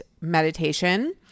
meditation